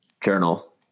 journal